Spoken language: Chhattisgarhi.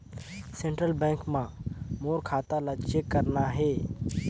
सेंट्रल बैंक मां मोर खाता ला चेक करना हे?